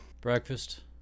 Breakfast